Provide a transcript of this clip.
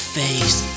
face